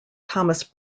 thomas